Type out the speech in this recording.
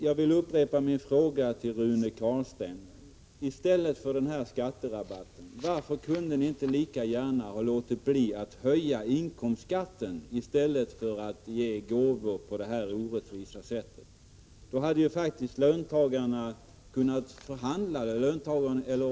Jag vill upprepa min fråga till Rune Carlstein: Kunde ni inte ha låtit bli att höja inkomstskatten i stället för att genom denna skatterabatt ge gåvor på ett orättvist sätt?